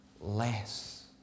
less